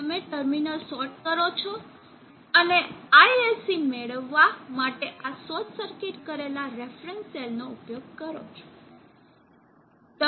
તમે ટર્મિનલ્સને શોર્ટ કરો છો અને ISC મેળવવા માટે આ શોર્ટ સર્કિટ કરેલા રેફરન્સ સેલ નો ઉપયોગ કરો છો